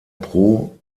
pro